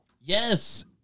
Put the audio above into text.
Yes